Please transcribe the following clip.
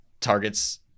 targets